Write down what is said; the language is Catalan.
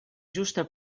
justa